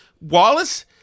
Wallace